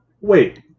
wait